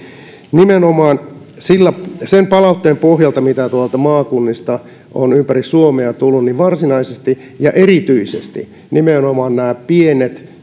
nimenomaan sen palautteen pohjalta mitä tuolta maakunnista on ympäri suomea tullut varsinaisesti ja erityisesti nimenomaan nämä pienet